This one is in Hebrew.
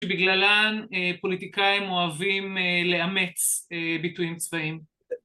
בגללן פוליטיקאים אוהבים לאמץ ביטויים צבאיים